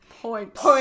Points